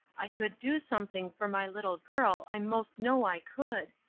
i could do something for my little girl i most know i could,